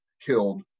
killed